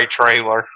Trailer